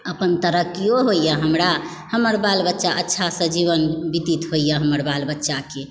अपन तरक्कीयो होइए हमरा हमर बाल बच्चा अच्छासँ जीवन व्यतीत होइए हमर बाल बच्चाके